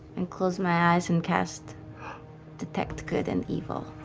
and close my eyes and cast detect good and evil.